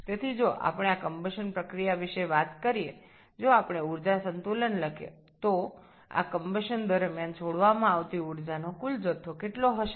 সুতরাং আমরা যদি এই দহন প্রক্রিয়া সম্পর্কে কথা বলি আমরা যদি একটি শক্তি ভারসাম্য লিখি তবে দহন চলাকালীন মোট কত পরিমাণ শক্তি নির্গত হবে